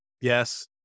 Yes